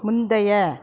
முந்தைய